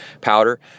powder